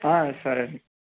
సరే అండి